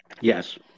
Yes